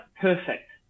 perfect